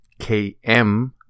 km